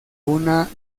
una